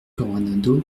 coronado